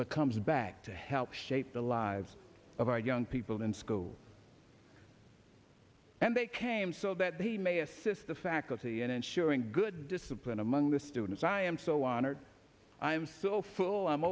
but comes back to help shape the lives of our young people in school and they came so that he may assist the faculty in ensuring good discipline among the students i am so honored i am so full i'm